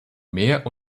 mehr